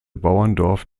bauerndorf